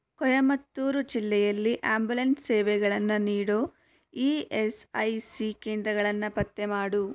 ಕೊಯಮತ್ತೂರು ಜಿಲ್ಲೆಯಲ್ಲಿ ಆ್ಯಂಬುಲೆನ್ಸ್ ಸೇವೆಗಳನ್ನು ನೀಡೋ ಇ ಎಸ್ ಐ ಸಿ ಕೇಂದ್ರಗಳನ್ನು ಪತ್ತೆ ಮಾಡು